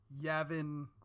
Yavin